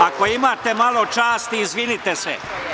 Ako imate malo časti, izvinite se.